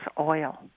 oil